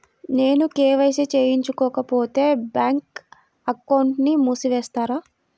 నేను కే.వై.సి చేయించుకోకపోతే బ్యాంక్ అకౌంట్ను మూసివేస్తారా?